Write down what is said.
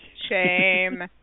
Shame